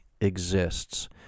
exists